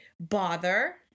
bother